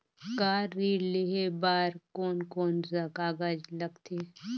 Car ऋण लेहे बार कोन कोन सा कागज़ लगथे?